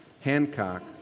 Hancock